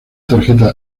tarjeta